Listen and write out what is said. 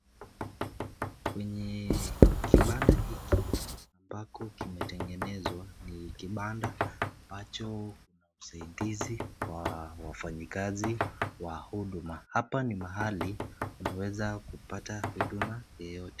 Kwenye kibanda hiki ambako kimetegenezwa ni kibanda ambacho msaidizi wa wafanyikazi wa huduma. Hapa ni mahali unaweza kupata huduma yeyote.